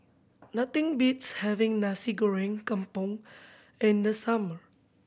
nothing beats having Nasi Goreng Kampung in the summer